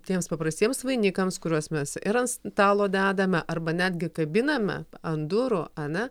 tiems paprastiems vainikams kuriuos mes ir ant stalo dedame arba netgi kabiname ant durų ar ne